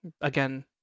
Again